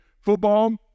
football